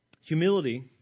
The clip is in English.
Humility